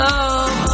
Love